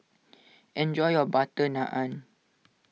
enjoy your Butter Naan